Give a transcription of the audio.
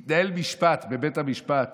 מתנהל משפט בבית המשפט